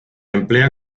emplea